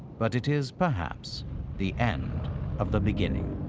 but it is perhaps the end of the beginning.